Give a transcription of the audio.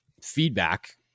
feedback